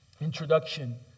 introduction